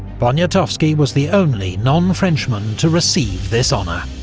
poniatowski was the only non-frenchman to receive this honour.